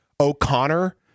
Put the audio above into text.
O'Connor